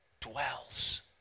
dwells